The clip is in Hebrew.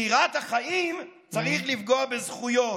שמירת החיים צריך לפגוע בזכויות.